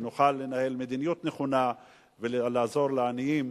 שנוכל לנהל מדיניות נכונה ולעזור לעניים,